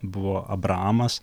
buvo abramas